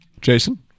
Jason